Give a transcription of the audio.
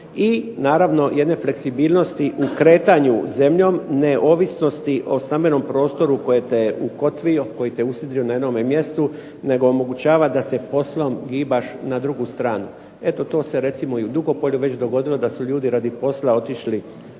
i naravno jedne fleksibilnosti u kretanju zemljom, neovisnosti o stambenom prostoru koji te ukotvio, koji te usidrio na jednome mjestu nego omogućava da se poslom gibaš na drugu stranu. Eto, to se recimo i u Dugopolju već dogodilo da su ljudi radi posla otišli